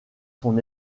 son